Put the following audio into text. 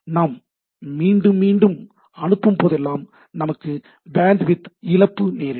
நாம் மீண்டும் மீண்டும் அனுப்பும் போதெல்லாம் நமக்கு பேண்ட்வித் இழப்பு நேரிடும்